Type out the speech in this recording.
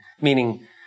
meaning